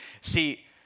See